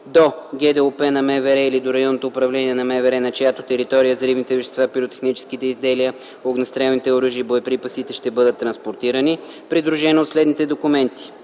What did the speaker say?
до ГДОП на МВР или до РУ на МВР, на чиято територия взривните вещества, пиротехническите изделия, огнестрелните оръжия и боеприпасите ще бъдат транспортирани, придружено от следните документи: